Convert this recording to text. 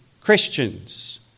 Christians